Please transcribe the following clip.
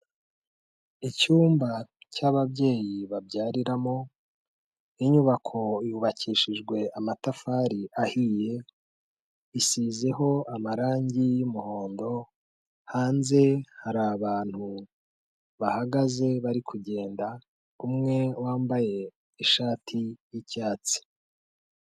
Icyumba cy'ababyeyi babyariramo, inyubako yubakishijwe amatafari ahiye, isizeho amarangi y'umuhondo, hanze hari abantu bahagaze bari kugenda umwe wambaye ishati y'icyatsi.